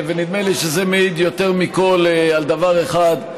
נדמה לי שזה מעיד יותר מכול על דבר אחד: